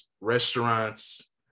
restaurants